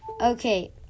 Okay